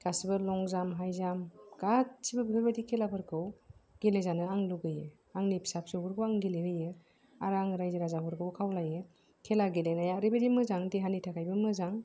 गासिबो long jump high jump गासिबो बेफोरबादि खेलाफोरखौ गेलेजानो आं लुबैयो आंनि फिसा फिसौफोरखौ आं गेलेहोयो आरो आं रायजो राजाफोरखौबो खावलायो खेला गेलेनाया ओरैबादि मोजां देहानि थाखायबो मोजां